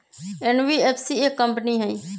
NBFC एक company हई?